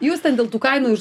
jūs ten dėl tų kainų ir